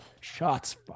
shots